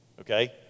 Okay